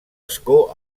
escó